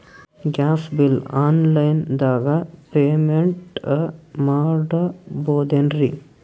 Gas bill online ದಾಗ payment ಮಾಡಬೋದೇನ್ರಿ?